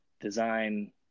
design